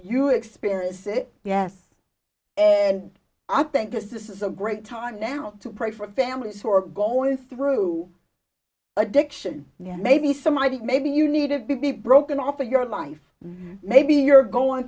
you experience it yes and i think this is a great time now to pray for families who are going through addiction yet maybe somebody maybe you need to be broken off of your life maybe you're going